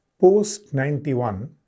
post-91